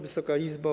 Wysoka Izbo!